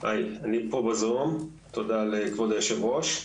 תודה לכבוד יושב הראש.